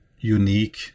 unique